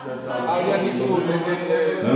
לא,